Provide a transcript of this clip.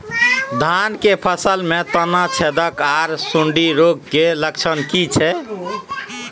धान की फसल में तना छेदक आर सुंडी रोग के लक्षण की छै?